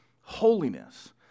holiness